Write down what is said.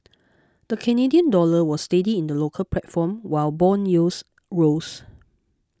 the Canadian dollar was steady in the local platform while bond yields rose